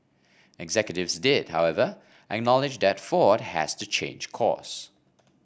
executives did however acknowledge that Ford has to change course